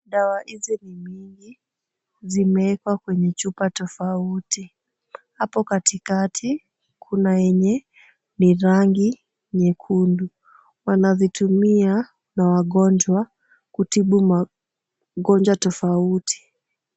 Dawa hizi zimewekwa kwenye chupa tofauti. Hapo katikati kuna yenye ni rangi nyekundu. Wanazitumia na wagonjwa kutibu magonjwa tofauti.